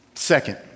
Second